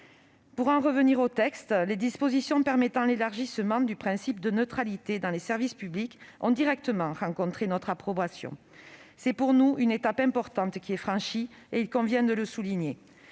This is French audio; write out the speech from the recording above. Pour en revenir au texte, les dispositions permettant l'élargissement du principe de neutralité dans les services publics ont directement rencontré notre approbation. C'est, à nos yeux, une étape importante qui est franchie, il convient de le souligner.